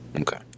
Okay